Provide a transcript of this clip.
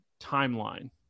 timeline